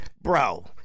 bro